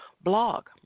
blog